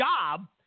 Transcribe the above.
job